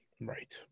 Right